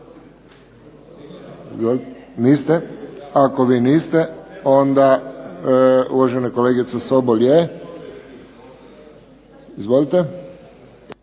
Niste? Ako vi niste onda uvažena kolegica Sobol je. Izvolite.